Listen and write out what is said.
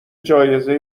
جایزه